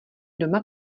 doma